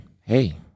hey